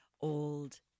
old